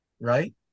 right